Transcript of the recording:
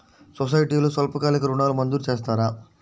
సొసైటీలో స్వల్పకాలిక ఋణాలు మంజూరు చేస్తారా?